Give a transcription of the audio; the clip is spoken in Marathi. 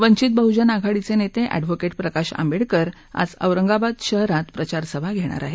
वंचित बह्जन आघाडीचे नेते एडव्होकेट प्रकाश आंबेडकर आज औरंगाबाद शहरात प्रचार सभा घेणार आहेत